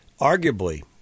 Arguably